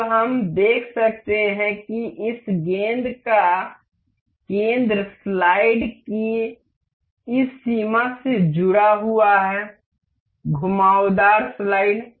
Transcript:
अब हम देख सकते हैं कि इस गेंद का केंद्र स्लाइड की इस सीमा से जुड़ा हुआ है घुमावदार स्लाइड